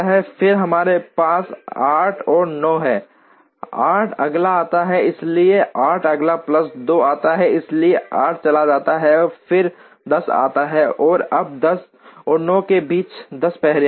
फिर हमारे पास 8 और 9 हैं 8 अगला आता है इसलिए 8 अगला प्लस 2 आता है इसलिए 8 चला जाता है फिर 10 आता है अब 10 और 9 के बीच 10 पहले है